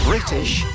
British